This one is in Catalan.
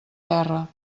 terra